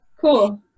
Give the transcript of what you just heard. cool